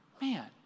Man